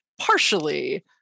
partially